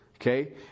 Okay